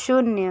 शून्य